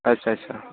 अच्छा अच्छा